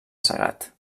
segat